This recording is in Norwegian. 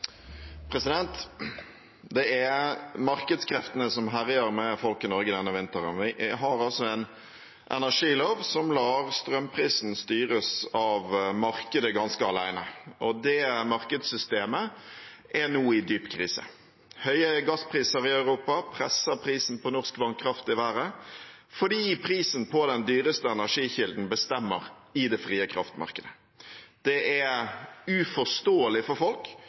markedskreftene som herjer med folk i Norge denne vinteren. Vi har en energilov som lar strømprisen styres av markedet ganske alene, og det markedssystemet er nå i dyp krise. Høye gasspriser i Europa presser prisen på norsk vannkraft i været fordi prisen på den dyreste energikilden bestemmer i det frie kraftmarkedet. Det er uforståelig for folk,